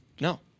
No